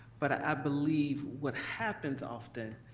but i believe what happens often,